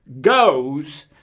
goes